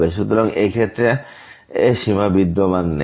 সুতরাং এবং এই ক্ষেত্রে সীমা বিদ্যমান নেই